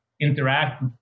interact